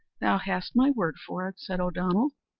thou hast my word for it, said o'donnell.